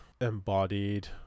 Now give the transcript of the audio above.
embodied